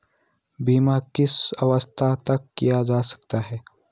बीमा किस अवस्था तक किया जा सकता है?